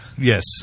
Yes